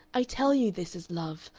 i tell you this is love.